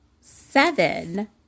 seven